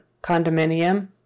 condominium